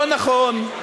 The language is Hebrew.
לא נכון.